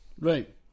Right